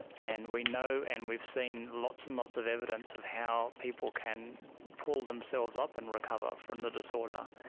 and we know and we've seen lots and lots of evidence of how people can pull themselves up and recover from the disorder.